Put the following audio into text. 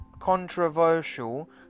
controversial